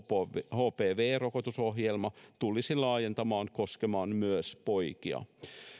hpv rokotus tulisi laajentaa koskemaan myös poikia